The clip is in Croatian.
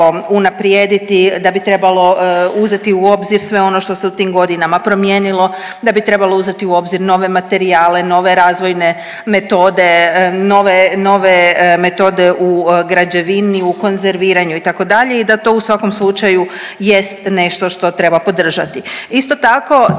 da bi trebalo uzeti u obzir sve ono što se u tim godinama promijenilo, da bi trebalo uzeti u obzir nove materijale, nove razvojne metode, nove metode u građevini, u konzerviranju itd. i da to u svakom slučaju jest nešto što treba podržati.